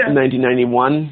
1991